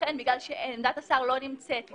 מכיוון שעמדת השר לא נמצאת בידי,